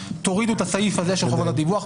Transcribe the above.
תורידו את הסעיף הזה של חובת הדיווח.